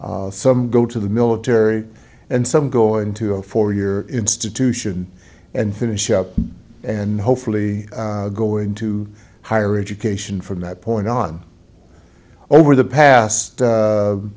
some go to the military and some go into a four year institution and finish up and hopefully go into higher education from that point on over the past a